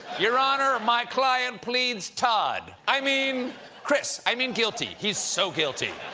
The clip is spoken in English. your honor, my client pleads todd i mean chris i mean guilty, he's so guilty.